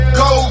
go